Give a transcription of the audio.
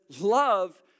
love